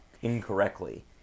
incorrectly